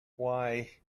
why